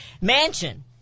Mansion